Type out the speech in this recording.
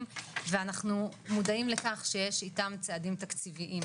והצטרפו אלינו לציון